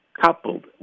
coupled